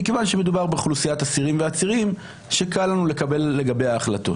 מכיוון שמדובר באוכלוסיית אסירים ועצירים שקל לנו לקבל עליה החלטות?